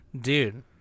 Dude